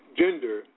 gender